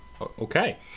Okay